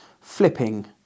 flipping